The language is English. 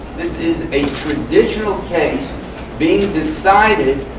this is a traditional case being decided,